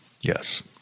Yes